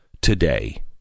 today